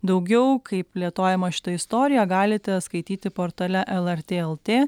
daugiau kaip plėtojama šita istorija galite skaityti portale lrt lt